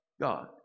God